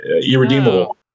irredeemable